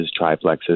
triplexes